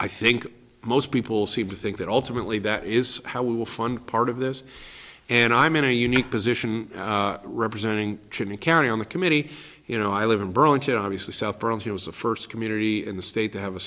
i think most people seem to think that ultimately that is how we will fund part of this and i'm in a unique position representing me carry on the committee you know i live in burlington obviously south bronx it was the first community in the state to have a